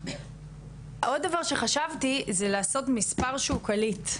עוד דבר שחשבתי זה לעשות מספר שהוא קליט,